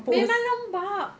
memang lembab